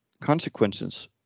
consequences